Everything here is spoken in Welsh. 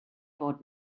bod